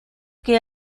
que